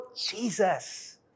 Jesus